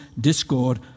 discord